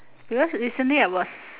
because recently I was